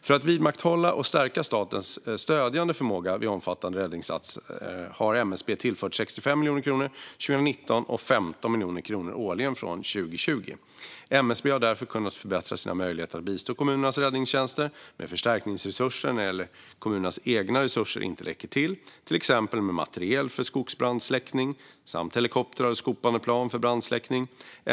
För att vidmakthålla och stärka statens stödjande förmåga vid omfattande räddningsinsatser har MSB tillförts 65 miljoner kronor 2019 och 15 miljoner kronor årligen från 2020. MSB har därför kunnat förbättra sina möjligheter att bistå kommunernas räddningstjänster med förstärkningsresurser när kommunernas egna resurser inte räcker till, till exempel med material för skogsbrandssläckning samt helikoptrar och skopande plan för brandsläckning.